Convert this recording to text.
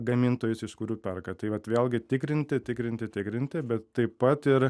gamintojais iš kurių perka tai vat vėlgi tikrinti tikrinti tikrinti bet taip pat ir